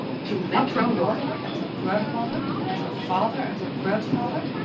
she hugged her mother and her grandmother and her father and her grandfather.